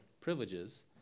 privileges